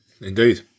indeed